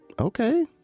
okay